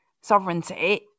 sovereignty